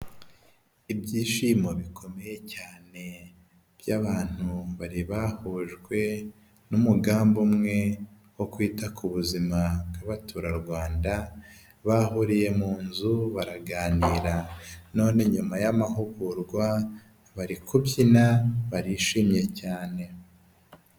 Ibyishimo bikomeye cyane by'abantu bari bahujwe n'umugambi umwe wo kwita ku buzima bw'abaturarwanda, bahuriye mu nzu baraganira none nyuma y'amahugurwa bari kubyina barishimye cyane.